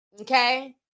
Okay